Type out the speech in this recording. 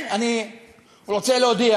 אני רוצה להודיע